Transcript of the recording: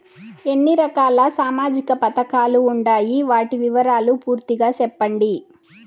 ఎన్ని రకాల సామాజిక పథకాలు ఉండాయి? వాటి వివరాలు పూర్తిగా సెప్పండి?